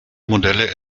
modelle